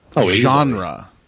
genre